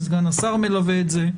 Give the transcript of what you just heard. סגן השר מלווה את זה,